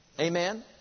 Amen